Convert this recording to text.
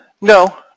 No